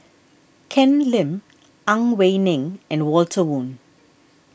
Ken Lim Ang Wei Neng and Walter Woon